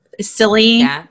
silly